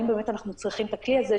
כלומר האם אנחנו באמת צריכים את הכלי הזה.